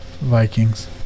Vikings